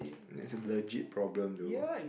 is a legit problem though